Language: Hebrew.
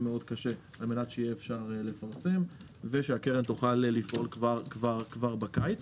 מאוד קשה על מנת שאפשר יהיה לפרסם ושהקרן תוכל לפעול כבר בקיץ.